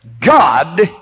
God